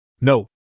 No